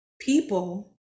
people